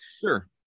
Sure